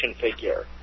figure